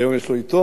היום יש לו עיתון,